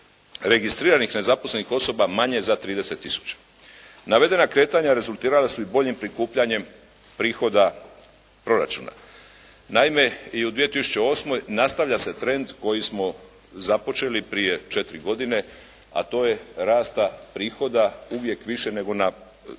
registriranih nezaposlenih osoba manje za 30 tisuća. Navedena kretanja rezultirala su i boljim prikupljanjem prihoda proračuna. Naime i u 2008. nastavlja se trend koji smo započeli prije 4 godine, a to je rasta prihoda uvijek više nego kad je riječ